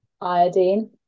iodine